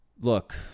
Look